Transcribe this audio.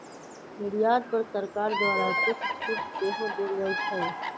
निर्यात पर सरकार द्वारा कुछ छूट सेहो देल जाइ छै